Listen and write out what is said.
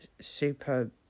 super